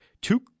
two